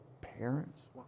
parents